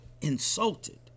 insulted